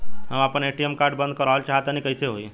हम आपन ATM card बंद करावल चाह तनि कइसे होई?